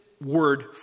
word